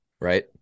right